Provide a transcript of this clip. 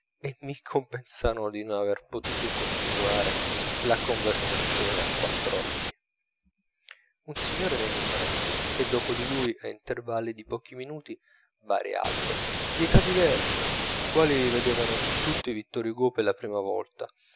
mi compensarono di non aver potuto continuare la conversazione a quattr'occhi un signore venne innanzi e dopo di lui a intervalli di pochi minuti vari altri di età diversa i quali vedevano tutti vittor hugo per la prima volta